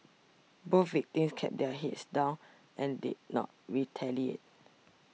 both victims kept their heads down and did not retaliate